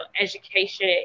education